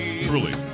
Truly